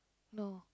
no